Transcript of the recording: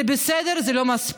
זה בסדר, זה לא מספיק,